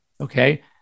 okay